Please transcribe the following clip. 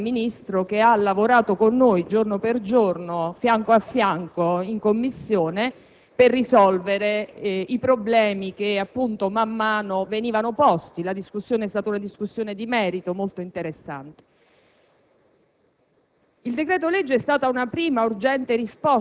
come Gruppo di Rifondazione Comunista) alla disponibilità del Ministro che ha lavorato con noi giorno per giorno, fianco a fianco, in Commissione per risolvere i problemi che man mano venivano posti: la discussione è stata sul merito e molto interessante.